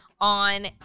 on